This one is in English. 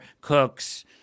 Cooks